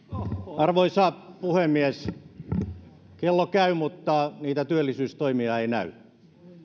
arvoisa puhemies kello käy mutta niitä työllisyystoimia ei näy